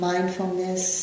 Mindfulness